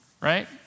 Right